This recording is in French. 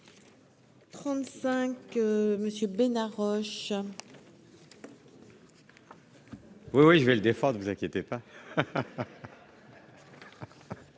35. Monsieur Bénard Roche. Oui oui je vais le défendre, vous inquiétez pas.